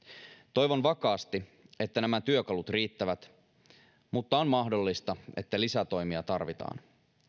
toivon vakaasti että nämä työkalut riittävät mutta on mahdollista että lisätoimia tarvitaan